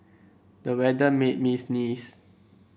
the weather made me sneeze